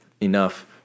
enough